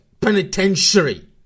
Penitentiary